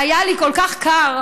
היה לי כל כך קר,